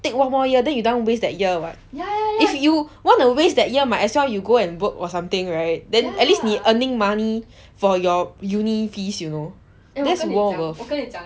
take one more year then you don't want waste that year [what] if you want wanna waste that year might as well you go and work or something right then at least 你 earning money for your uni fees you know that's more worth